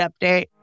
update